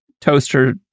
toaster